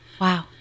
Wow